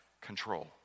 control